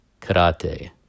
karate